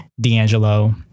D'Angelo